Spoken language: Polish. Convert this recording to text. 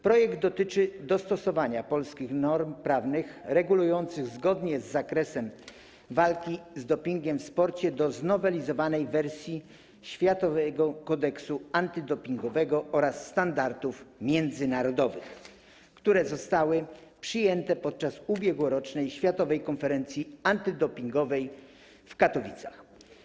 Projekt dotyczy dostosowania polskich norm prawnych regulujących zagadnienia z zakresu walki z dopingiem w sporcie do znowelizowanej wersji Światowego Kodeksu Antydopingowego oraz Standardów Międzynarodowych, które zostały przyjęte podczas ubiegłorocznej Światowej Konferencji Antydopingowej w Katowicach.